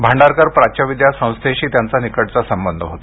भांडारकर प्राच्यविद्या संस्थेशी त्यांच्या निकटचा संबंध होता